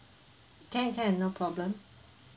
can can no problem